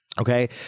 okay